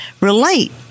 relate